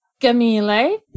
Camille